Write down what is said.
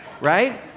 Right